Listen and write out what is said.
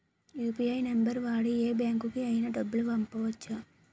UPI number వాడి యే బ్యాంకుకి అయినా డబ్బులు పంపవచ్చ్చా?